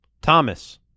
Thomas